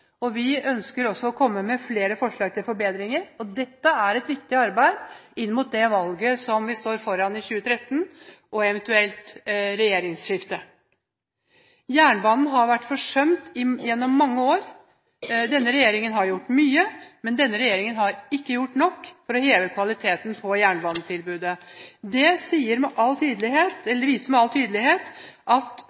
Vi ønsker også å komme med flere forslag til forbedringer. Dette er et viktig arbeid inn mot det valget som vi står foran i 2013, og et eventuelt regjeringsskifte. Jernbanen har vært forsømt gjennom mange år. Denne regjeringen har gjort mye, men denne regjeringen har ikke gjort nok for å heve kvaliteten på jernbanetilbudet. Det viser med all tydelighet